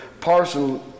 Parson